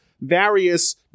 various